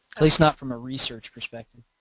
at least not from a research perspective.